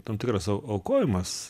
tam tikras au aukojimas